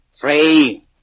three